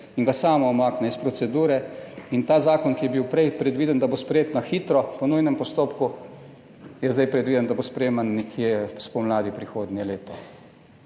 in ga sama umakne iz procedure. In ta zakon, ki je bil prej predviden, da bo sprejet na hitro po nujnem postopku, je zdaj predviden, da bo sprejeman nekje spomladi prihodnje leto.